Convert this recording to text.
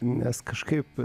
nes kažkaip